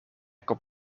komt